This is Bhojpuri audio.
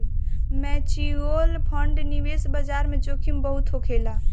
म्यूच्यूअल फंड निवेश बाजार में जोखिम बहुत होखेला